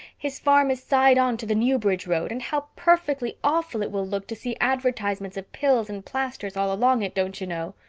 his farm is side-on to the newbridge road and how perfectly awful it will look to see advertisements of pills and plasters all along it, don't you know?